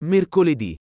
Mercoledì